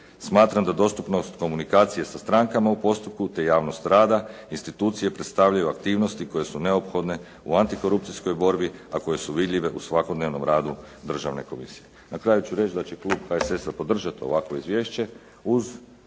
Smatram da dostupnost komunikacije sa strankama u postupku te javnost rada institucije predstavljaju aktivnosti koje su neophodne u antikorupcijskoj borbi, a koje su vidljive u svakodnevnom radu državne komisije. Na kraju ću reći da će klub HSS-a podržati ovakvo izvješće uz